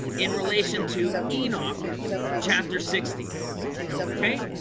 in relation to enoch chapter sixty okay,